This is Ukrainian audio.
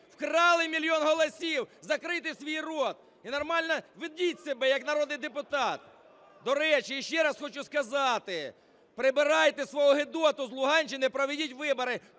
Вкрали мільйон голосів! Закрийте свій рот і нормально ведіть себе, як народний депутат. До речі, ще раз хочу сказати. Прибирайте свого "гидоту" з Луганщини і проведіть вибори.